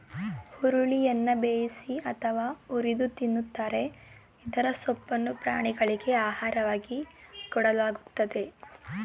ಹುರುಳಿಯನ್ನ ಬೇಯಿಸಿ ಅಥವಾ ಹುರಿದು ತಿಂತರೆ ಇದರ ಸೊಪ್ಪನ್ನು ಪ್ರಾಣಿಗಳಿಗೆ ಆಹಾರವಾಗಿ ಕೊಡಲಾಗ್ತದೆ